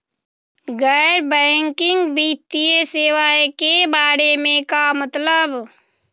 गैर बैंकिंग वित्तीय सेवाए के बारे का मतलब?